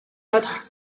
not